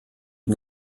die